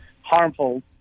harmful